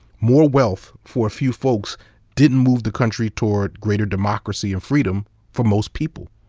more wealth for a few folks didn't move the country toward greater democracy and freedom for most people.